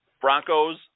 Broncos